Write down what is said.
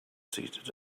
seated